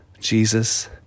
Jesus